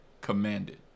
commanded